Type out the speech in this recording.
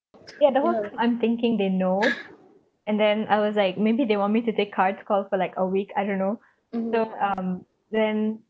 ya the whole I'm thinking they know and then I was like maybe they want me to take cards call for like a week I don't know so um then